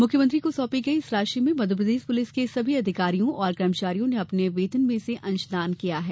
मुख्यमंत्री को सौंपी गई इस राशि में मध्यप्रदेश पुलिस के सभी अधिकारियों और कर्मचारियों ने अपने वेतन में से अंशदान दिया है